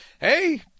hey